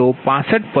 u મળશે